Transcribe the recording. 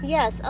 Yes